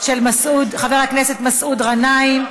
של חבר הכנסת מסעוד גנאים.